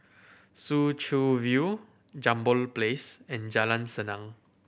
Soo Chow View Jambol Place and Jalan Senang